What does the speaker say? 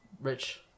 rich